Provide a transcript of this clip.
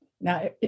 Now